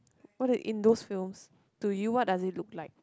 what are in those films to you what does it look like